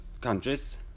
countries